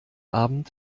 abend